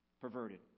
perverted